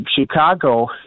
Chicago